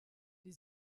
die